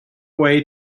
way